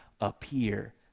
appear